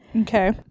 Okay